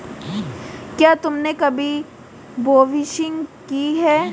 क्या तुमने कभी बोफिशिंग की है?